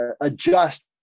adjust